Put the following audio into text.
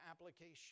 application